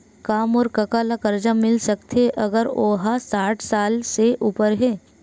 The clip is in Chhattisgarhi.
का मोर कका ला कर्जा मिल सकथे अगर ओ हा साठ साल से उपर हे?